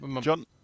John